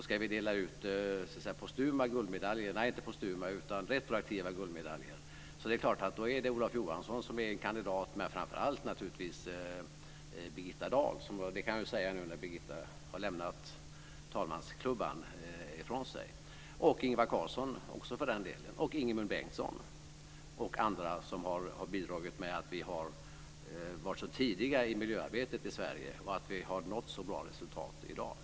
Ska vi dela ut retroaktiva guldmedaljer är Olof Johansson en kandidat, men det gäller framför allt Birgitta Dahl och för den delen också Ingvar Carlsson, Ingemund Bengtsson och andra som har bidragit till att vi har varit så tidiga i miljöarbetet och nått så bra resultat i dag.